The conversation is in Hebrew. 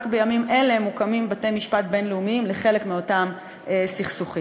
רק בימים אלה מוקמים בתי-משפט בין-לאומיים לחלק מאותם סכסוכים.